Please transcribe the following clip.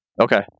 Okay